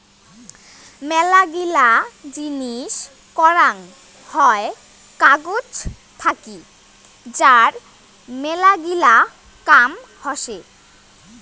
মেলাগিলা জিনিস করাং হই কাগজ থাকি যার মেলাগিলা কাম হসে